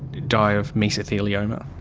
die of mesothelioma?